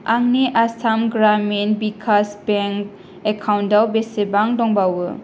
आंनि आसाम ग्रामिन भिकास बेंक एकाउन्टाव बेसेबां दंबावो